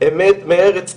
אמת מארץ תצמח.